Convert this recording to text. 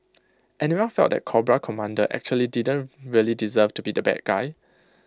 anyone felt that Cobra Commander actually didn't really deserve to be the bad guy